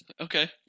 Okay